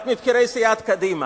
אחד מבכירי סיעת קדימה.